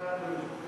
סליחה, אדוני.